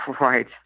Right